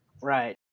Right